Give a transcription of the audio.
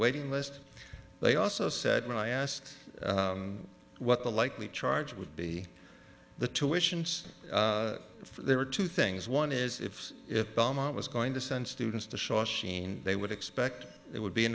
waiting list they also said when i asked what the likely charge would be the tuitions there were two things one is if it was going to send students to shaw sheen they would expect it would be a